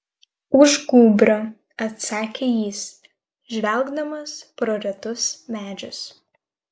už gūbrio atsakė jis žvelgdamas pro retus medžius